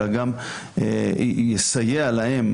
אלא גם יסייע להם